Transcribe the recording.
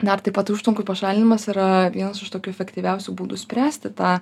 dar taip pat užtvankų pašalinimas yra vienas iš tokių efektyviausių būdų spręsti tą